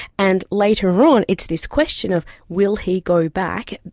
and later on it's this question of will he go back,